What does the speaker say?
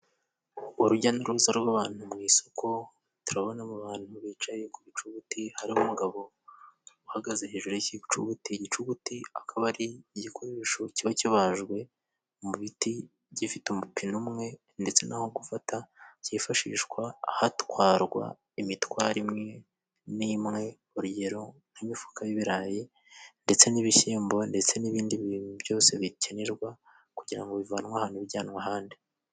Urujya n'uruza rw'abantu mu isoko, turabonamo abantu bicaye ku bicuguti, hari umugabo uhagaze hejuru y'iki gicuguti. Igicuguti akaba ari igikoresho kiba kibajwe mu biti, gifite umupine umwe ndetse n'aho gufata. Cyifashishwa hatwarwa imitwaro imwe n'imwe urugero nk'imifuka y'ibirayi, ndetse n'ibishyimbo, ndetse n'ibindi bintu byose bikenerwa, kugira ngo bivanwe ahantu bijyanwa ahandi.